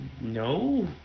no